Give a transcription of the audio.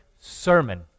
sermon